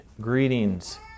greetings